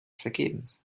vergebens